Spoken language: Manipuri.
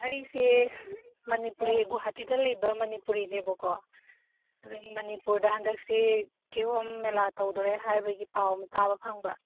ꯑꯩꯁꯦ ꯃꯅꯤꯄꯨꯔꯤ ꯒꯨꯍꯥꯇꯤꯗ ꯂꯩꯕ ꯃꯅꯤꯄꯨꯔꯤꯅꯦꯕꯀꯣ ꯑꯗꯨ ꯃꯅꯤꯄꯨꯔꯗ ꯍꯟꯗꯛꯁꯤ ꯀꯤꯍꯣꯝ ꯃꯦꯂꯥ ꯇꯧꯗꯣꯔꯦ ꯍꯥꯏꯕꯒꯤ ꯄꯥꯎ ꯑꯃ ꯇꯥꯕ ꯐꯪꯕ